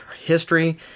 history